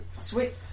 Sweet